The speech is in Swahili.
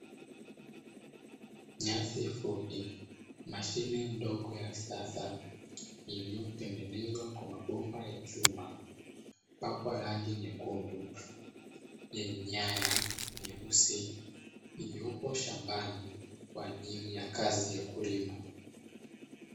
Nyasi fupi, mashine ndogo ya kisasa iliyotengenezwa kwa mabomba ya chuma na kupakwa rangi yekundu yenye nyaya nyeusi, iliyopo shambani kwa ajili ya kazi ya kulima.